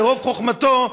ברוב חוכמתו,